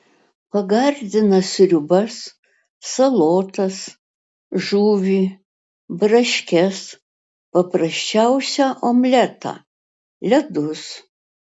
pagardina sriubas salotas žuvį braškes paprasčiausią omletą ledus